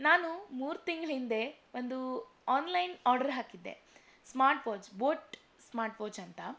ನಾನು ಮೂರು ತಿಂಗ್ಳ ಹಿಂದೆ ಒಂದು ಆನ್ಲೈನ್ ಆರ್ಡ್ರ್ ಹಾಕಿದ್ದೆ smart watch boAt smart watch ಅಂತ